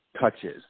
touches